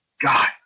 God